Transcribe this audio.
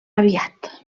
aviat